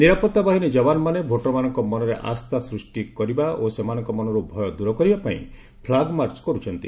ନିରାପତ୍ତା ବାହିନୀ ଯବାନମାନେ ଭୋଟରମାନଙ୍କ ମନରେ ଅସ୍ଥା ସୃଷ୍ଟି କରିବା ଓ ସେମାନଙ୍କ ମନରୁ ଭୟ ଦୂର କରିବା ପାଇଁ ଫ୍ଲାଗ୍ମାର୍ଚ୍ଚ କରୁଛନ୍ତି